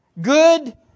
Good